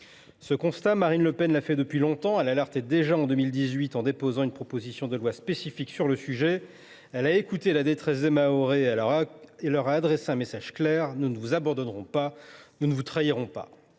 Ce constat, Marine Le Pen l’a fait depuis longtemps. Ah ! En 2018 déjà, elle lançait l’alerte en déposant une proposition de loi spécifiquement dédiée à ce sujet. Elle a écouté la détresse des Mahorais et leur a adressé un message clair : nous ne vous abandonnerons pas. Nous ne vous trahirons pas.